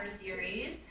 series